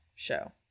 show